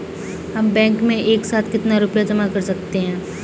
हम बैंक में एक साथ कितना रुपया जमा कर सकते हैं?